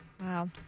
Wow